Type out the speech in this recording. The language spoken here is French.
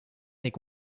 n’est